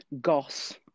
goss